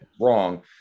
wrong